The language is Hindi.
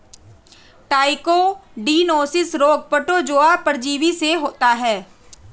ट्राइकोडिनोसिस रोग प्रोटोजोआ परजीवी से होता है